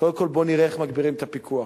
קודם כול בואי נראה איך מגבירים את הפיקוח,